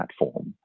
platform